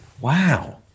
Wow